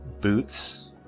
boots